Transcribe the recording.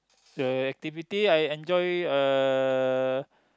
the activity I enjoy uh